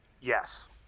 Yes